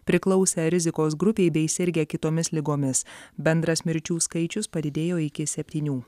priklausę rizikos grupei bei sirgę kitomis ligomis bendras mirčių skaičius padidėjo iki septynių